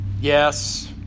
Yes